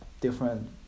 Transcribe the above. different